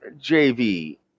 JV